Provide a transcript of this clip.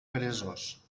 peresós